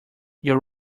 your